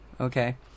Okay